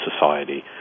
society